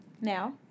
Now